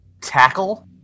Tackle